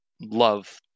love